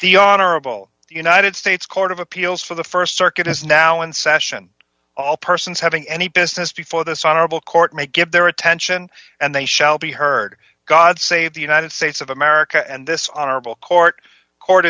the honorable the united states court of appeals for the st circuit is now in session all persons having any business before this honorable court may get their attention and they shall be heard god save the united states of america and this honorable court court